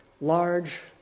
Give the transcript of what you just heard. large